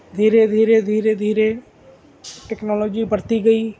دھیرے دھیرے دھیرے دھیرے ٹیکنالوجی بڑھتی گئی